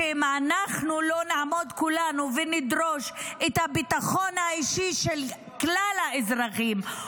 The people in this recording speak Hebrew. ואם אנחנו לא נעמוד כולנו ונדרוש את הביטחון האישי של כלל האזרחים,